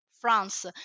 France